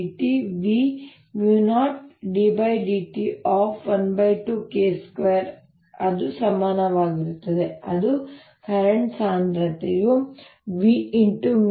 0ddt12K2 ಅದು ಸಮನಾಗಿರುತ್ತದೆ ಅದು ಪ್ರಸ್ತುತ ಸಾಂದ್ರತೆಯು V